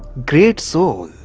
great soul.